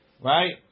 right